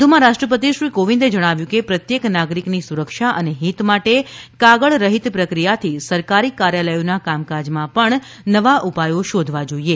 વધુમાં રાષ્ટ્રપતિ શ્રી કોવિંદે જણાવ્યું કે પ્રત્યેક નાગરિકની સુરક્ષા અને હિત માટે કાગળ રહિત પ્રક્રિયાથી સરકારી કાર્યાલયોના કામકાજમાં પણ નવા ઉપાયો શોધવા જોઇએ